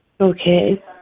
Okay